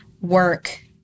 work